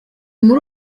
muri